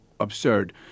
absurd